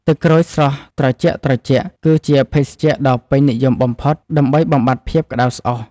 ទឹកក្រូចស្រស់ត្រជាក់ៗ គឺជាភេសជ្ជៈដ៏ពេញនិយមបំផុតដើម្បីបំបាត់ភាពក្តៅស្អុះ។